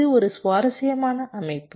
இது ஒரு சுவாரஸ்யமான அமைப்பு